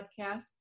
podcast